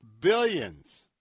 billions